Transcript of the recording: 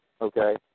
Okay